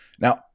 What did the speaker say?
Now